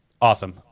Awesome